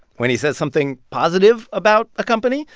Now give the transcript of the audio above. when he says something positive about a company,